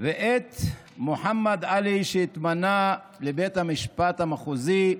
ומוחמד עלי התמנה לבית המשפט המחוזי,